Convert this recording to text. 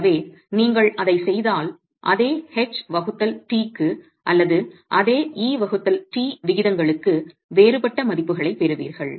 எனவே நீங்கள் அதைச் செய்தால் அதே h வகுத்தல் t க்கு அல்லது அதே e வகுத்தல் t விகிதங்களுக்கு வேறுபட்ட மதிப்புகளைப் பெறுவீர்கள்